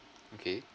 okay